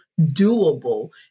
doable